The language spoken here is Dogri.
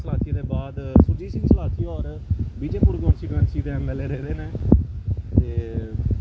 ते सुरजीत सिंह सलाथिया दे बाद सुरजीत सिंह सलाथिया होर विजयपुर कांस्टीटुैंसी दे एम एल ए रेह्दे न ते